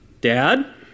Dad